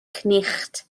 cnicht